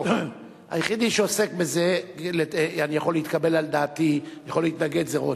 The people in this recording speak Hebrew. היחיד שעוסק בזה ויכול להתקבל על דעתי שהוא יכול להתנגד זה רותם.